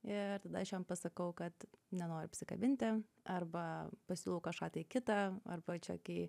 ir tada aš jam pasakau kad nenoriu apsikabinti arba pasiūlau kažką tai kitą arba čia kai